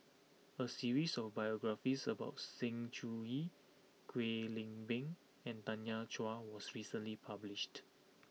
a series of biographies about Sng Choon Yee Kwek Leng Beng and Tanya Chua was recently published